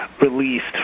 released